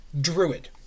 druid